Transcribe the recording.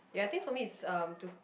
ya I think for me it's um to